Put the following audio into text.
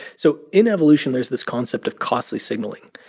so in evolution, there's this concept of costly signaling,